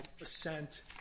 assent